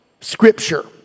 Scripture